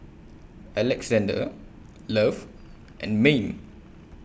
Alexzander Love and Mayme